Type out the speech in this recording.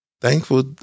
thankful